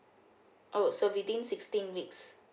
oh so within sixteen weeks